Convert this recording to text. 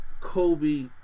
Kobe